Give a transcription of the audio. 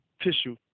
tissue